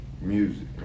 music